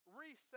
Reset